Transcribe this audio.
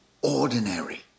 ordinary